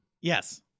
Yes